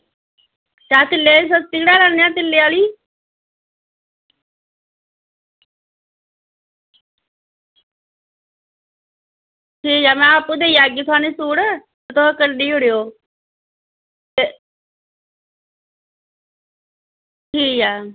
जां तिल्ले आह्ली सस्ती कड़वाई लैन्नें आं तिल्ले आह्ली ठीक ऐ में अप्पूं देई औगी तोहानू सूट तुस कड्ढी ओड़ेओ ठीक ऐ